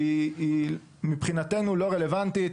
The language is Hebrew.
מבחינתנו היא לא רלוונטית.